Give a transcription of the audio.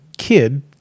kid